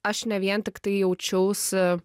aš ne vien tiktai jaučiausi